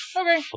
Okay